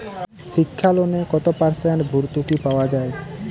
শিক্ষা লোনে কত পার্সেন্ট ভূর্তুকি পাওয়া য়ায়?